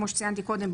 כמו שציינתי קודם.